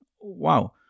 Wow